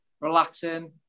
relaxing